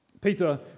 Peter